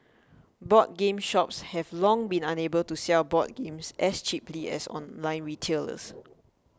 board game shops have long been unable to sell board games as cheaply as online retailers